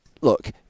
look